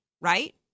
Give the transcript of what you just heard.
Right